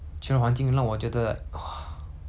但是但是他们会给我钱用 lah